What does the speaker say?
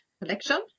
collection